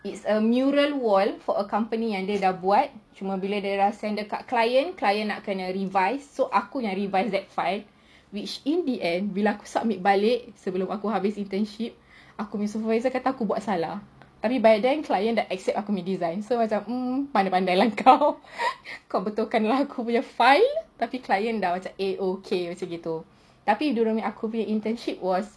it's a mural wall for a company yang dia dah buat cuma bila dia send dekat client client nak kena revise so aku yang revise that file which in the end bila aku submit balik sebelum aku habis internship aku punya supervisor kata aku buat salah abeh by then client dah accept aku punya design so macam hmm pandai-pandai lah kau kau betulkan aku punya file tapi client dah macam eh okay macam gitu tapi during aku punya internship was